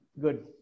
Good